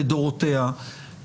לדורותיה,